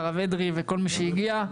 לרב אדרעי וכל מי שהגיע,